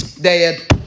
dead